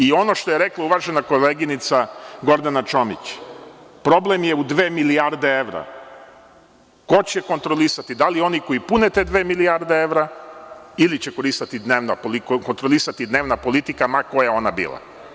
I ono što je rekla uvažena koleginica Gordana Čomić, problem je u dve milijarde evra, ko će kontrolisati, da li oni koji pune te dve milijarde evra ili će kontrolisati dnevna politika, ma koja ona bila.